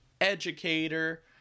educator